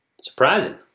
Surprising